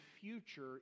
future